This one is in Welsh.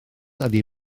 ydy